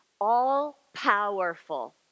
all-powerful